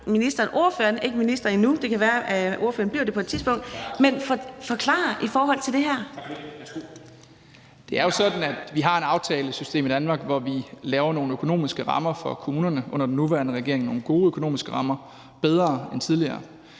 Det er jo sådan, at vi har et aftalesystem i Danmark, hvor vi laver nogle økonomiske rammer for kommunerne – under den nuværende regering er det nogle gode økonomiske rammer, som er bedre end tidligere.